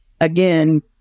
again